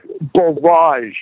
barrage